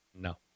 No